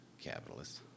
capitalist